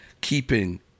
keeping